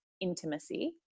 intimacy